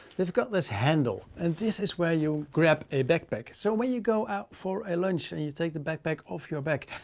they've got this handle, and this is where you grab a backpack. so when you go out for a lunch and you take the backpack off your back,